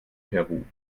peru